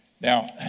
Now